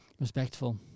Respectful